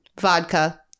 Vodka